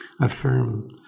affirm